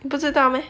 不知道 meh